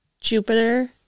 Jupiter